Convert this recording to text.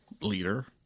leader